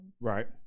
Right